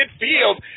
midfield